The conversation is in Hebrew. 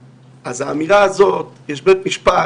האמירה הזאת שיש בית משפט